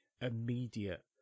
immediate